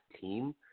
team